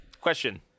Question